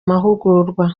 mahugurwa